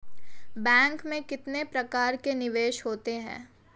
Bank में कितने प्रकार के निवेश होते हैं?